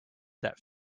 that